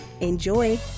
Enjoy